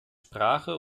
sprache